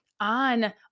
on